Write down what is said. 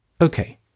Okay